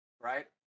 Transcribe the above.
right